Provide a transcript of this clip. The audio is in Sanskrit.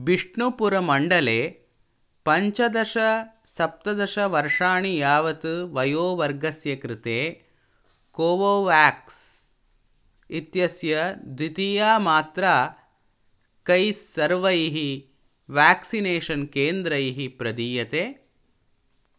बिष्णुपुर् मण्डले पञ्चदशसप्तदशवर्षाणि यावत् वयोवर्गस्य कृते कोवोवेक्स् इत्यस्य द्वितीया मात्रा कैस्सर्वैः वेक्सिनेशन् केन्द्रैः प्रदीयते